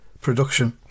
production